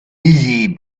busy